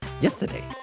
yesterday